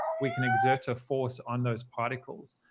we can exert a force on those particles.